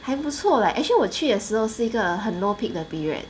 还不错 leh actually 我去的时候是一个很 low peak 的 period